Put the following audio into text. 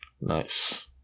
Nice